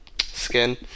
skin